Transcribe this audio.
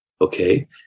Okay